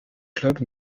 clubs